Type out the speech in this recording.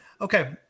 Okay